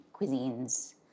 cuisines